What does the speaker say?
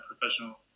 professional